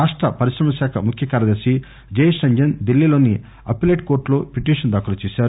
రాష్ట పరిశ్రమల శాఖ ముఖ్య కార్యదర్తి జయేష్ రంజన్ ఢిల్లీ లోని అప్పీలేట్ కోర్టు లో పిటీషన్ దాఖలు చేశారు